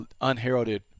unheralded